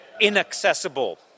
inaccessible